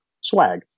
swag